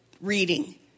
reading